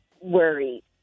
worried